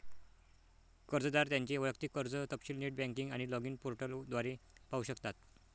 कर्जदार त्यांचे वैयक्तिक कर्ज तपशील नेट बँकिंग आणि लॉगिन पोर्टल द्वारे पाहू शकतात